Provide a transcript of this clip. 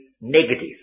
negative